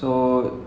so